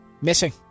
missing